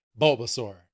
Bulbasaur